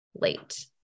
late